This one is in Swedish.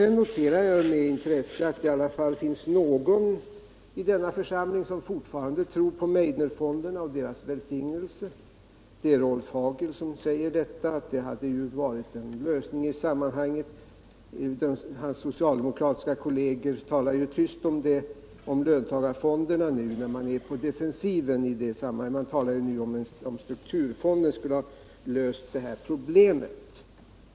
Jag noterar med intresse att det i alla fall finns en i denna församling som fortfarande tror på Meidnerfonderna och deras välsignelse. Det är Rolf Hagel som säger att de hade varit en lösning. Hans socialdemokratiska kolleger talar ju tyst om löntagarfonder nu när man är på defensiven i det sammanhanget. De talar i stället om strukturfonder som skulle ha löst det här problemet.